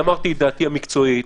אמרתי את דעתי המקצועית.